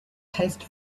taste